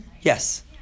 Yes